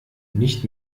nicht